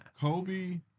Kobe